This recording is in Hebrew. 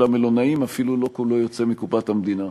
בוודאי, רוצה שילמדו תורה.